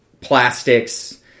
plastics